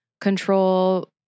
control